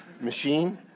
machine